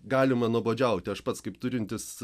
galima nuobodžiauti aš pats kaip turintis